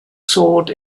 sword